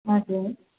हजुर